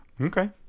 Okay